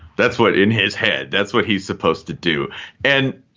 that's what in his head, that's what he's supposed to do and